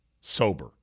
sober